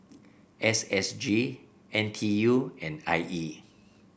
S S G N T U and I E